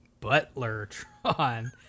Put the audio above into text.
Butlertron